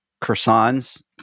Croissant's